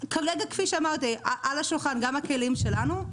על השולחן נמצאים גם הכלים שלנו,